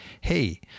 hey